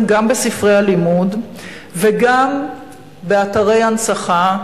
גם בספרי הלימוד וגם באתרי הנצחה.